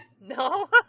No